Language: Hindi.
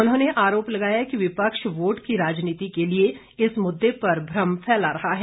उन्होने आरोप लगाया कि विपक्ष वोट की राजनीति के लिए इस मुद्दे पर भ्रम फैला रहा है